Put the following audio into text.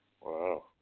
Wow